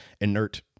inert